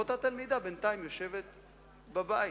ואותה תלמידה בינתיים יושבת בבית,